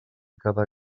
cada